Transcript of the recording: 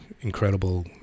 incredible